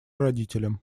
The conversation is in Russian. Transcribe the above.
родителям